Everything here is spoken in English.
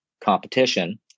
competition